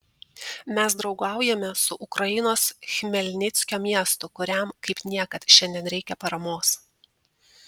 mes draugaujame su ukrainos chmelnickio miestu kuriam kaip niekad šiandien reikia paramos